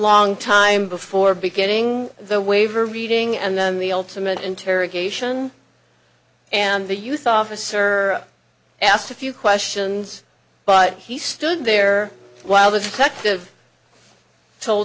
long time before beginning the waiver reading and the ultimate interrogation and the youth officer asked a few questions but he stood there while the detective tol